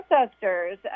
ancestors